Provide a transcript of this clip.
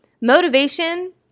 motivation